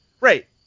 right